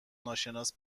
ناشناس